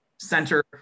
center